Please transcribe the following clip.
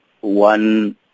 one